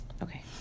Okay